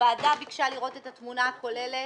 הוועדה ביקשה לראות את התמונה הכוללת,